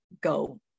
go